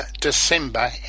December